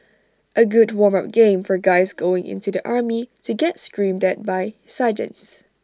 A good warm up game for guys going into the army to get screamed at by sergeants